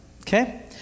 Okay